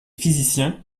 physiciens